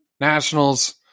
Nationals